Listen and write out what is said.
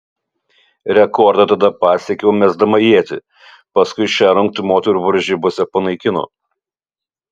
rekordą tada pasiekiau mesdama ietį paskui šią rungtį moterų varžybose panaikino